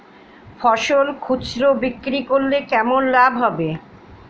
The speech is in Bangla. ফসল খুচরো বিক্রি করলে কেমন লাভ হবে?